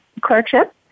clerkship